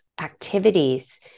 activities